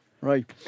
Right